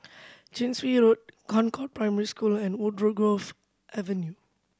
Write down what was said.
Chin Swee Road Concord Primary School and Woodgrove Avenue